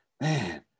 man